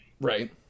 Right